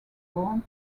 born